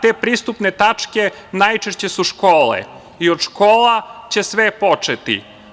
Te pristupne tačke najčešće su škole i od škola će sve početi.